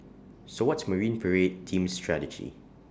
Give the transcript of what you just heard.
so what's marine parade team's strategy